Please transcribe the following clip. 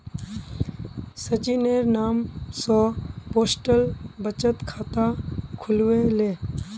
सचिनेर नाम स पोस्टल बचत खाता खुलवइ ले